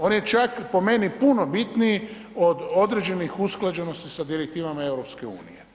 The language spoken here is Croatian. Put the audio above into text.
On je čak po meni puno bitniji od određenih usklađenosti sa direktivama EU.